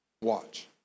watch